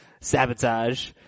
sabotage